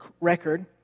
record